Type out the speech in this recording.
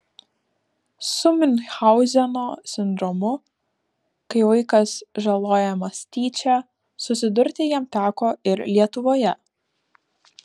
su miunchauzeno sindromu kai vaikas žalojamas tyčia susidurti jam teko ir lietuvoje